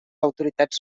autoritats